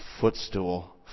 footstool